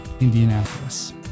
Indianapolis